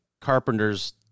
Carpenter's